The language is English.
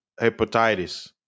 hepatitis